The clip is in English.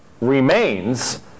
remains